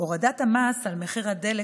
הורדת המס על מחיר הדלק,